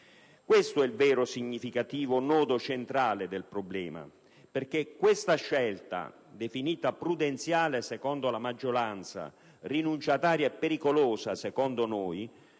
Questo è il vero e significativo nodo centrale del problema, perché questa scelta, definita prudenziale secondo la maggioranza, rinunciataria e pericolosa secondo noi,